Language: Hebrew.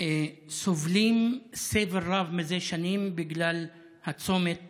סובלים סבל רב מזה שנים בגלל הצומת